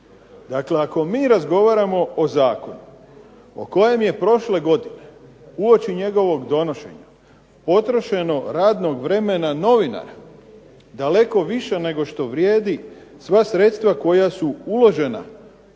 Dakle, ako mi razgovaramo o zakonu o kojem je prošle godine uoči njegovog donošenja potrošeno radnog vremena novinara daleko više nego što vrijede sva sredstva koja su uložena